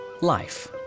Life